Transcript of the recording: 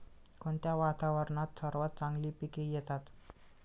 कोणत्या वातावरणात सर्वात चांगली पिके येतात?